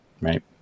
Right